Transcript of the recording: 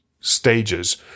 Stages